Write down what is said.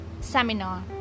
seminar